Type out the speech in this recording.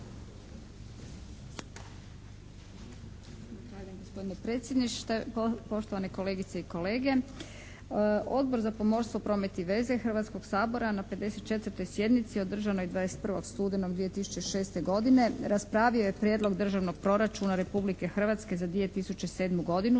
Hvala gospodine predsjedniče. Poštovane kolegice i kolege! Odbor za pomorstvo, promet i veze Hrvatskoga sabora na 54. sjednici održanoj 21. studenog 2006. godine raspravio je Prijedlog Državnog proračuna Republike Hrvatske za 2007. godinu